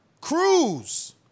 Cruz